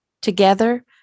Together